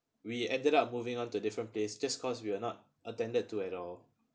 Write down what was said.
we ended up moving on to different place just cause we are not attended to at all